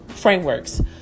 frameworks